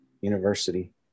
University